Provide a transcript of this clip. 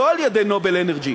לא על-ידי "נובל אנרג'י".